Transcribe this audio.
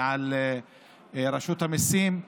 ועל רשות המיסים,